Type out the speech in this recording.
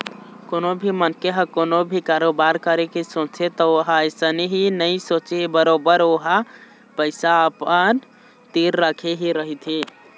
कोनो भी मनखे ह कोनो भी कारोबार करे के सोचथे त ओहा अइसने ही नइ सोचय बरोबर ओहा पइसा अपन तीर रखे ही रहिथे